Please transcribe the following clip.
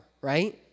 right